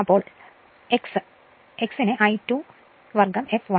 അതിനാൽ പൂർണ്ണ ലോഡ് ചെമ്പ് നഷ്ടമാണ് Wc